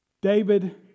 David